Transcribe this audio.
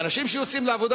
אנשים שיוצאים לעבודה,